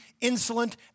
insolent